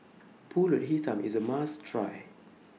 Pulut Hitam IS A must Try